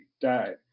died